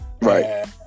Right